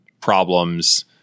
problems